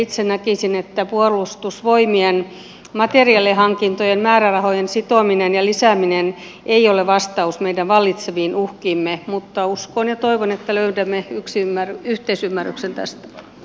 itse näkisin että puolustusvoimien materiaalihankintojen määrärahojen sitominen ja lisääminen ei ole vastaus meidän vallitseviin uhkiimme mutta uskon ja toivon että löydämme yhteisymmärryksen tästä